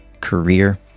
career